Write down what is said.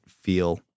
feel